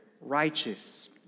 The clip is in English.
righteous